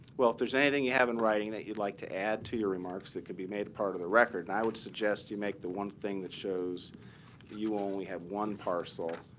well, if there's anything you have in writing that you'd like to add to your remarks that could be made part of the record, then and i would suggest you make the one thing that shows you only have one parcel,